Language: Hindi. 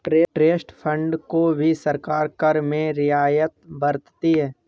ट्रस्ट फंड्स को भी सरकार कर में रियायत बरतती है